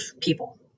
people